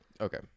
Okay